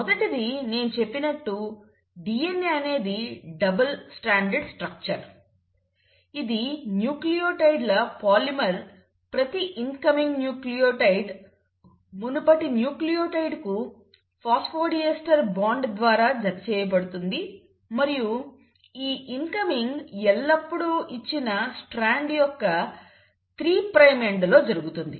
మొదటిది నేను చెప్పినట్టు DNA అనేది డబుల్ స్ట్రాండెడ్ స్ట్రక్చర్ ఇది న్యూక్లియోటైడ్ల పాలిమర్ ప్రతి ఇన్కమింగ్ న్యూక్లియోటైడ్ మునుపటి న్యూక్లియోటైడ్కు ఫాస్ఫోడీస్టర్ బాండ్ ద్వారా జతచేయబడుతుంది మరియు ఈ ఇన్కమింగ్ ఎల్లప్పుడూ ఇచ్చిన స్ట్రాండ్ యొక్క 3 ప్రైమ్ ఎండ్లో జరుగుతుంది